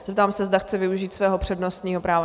Zeptám se, zda chce využít svého přednostního práva?